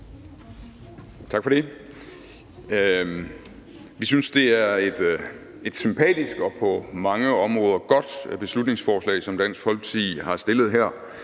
Tak for det. Vi synes, det er et sympatisk og på mange områder godt beslutningsforslag, som Dansk Folkeparti har fremsat her.